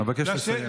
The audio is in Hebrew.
אבקש לסיים.